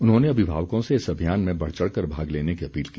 उन्होंने अभिभावकों से इस अभियान में बढ़ चढ़ कर भाग लेने की अपील की